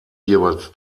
jeweils